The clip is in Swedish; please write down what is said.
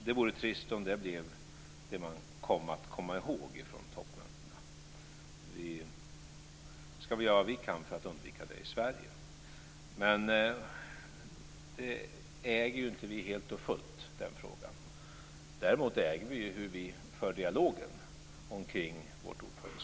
Det vore trist om det blev det man kom att komma ihåg från toppmötena. Vi ska göra vad vi kan för att undvika det i Sverige men den frågan äger vi inte helt och fullt. Däremot äger vi hur vi för dialogen kring vårt ordförandeskap.